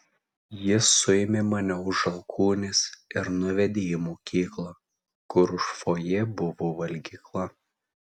jis suėmė mane už alkūnės ir nuvedė į mokyklą kur už fojė buvo valgykla